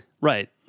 Right